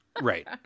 Right